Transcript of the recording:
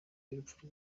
y’urupfu